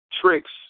tricks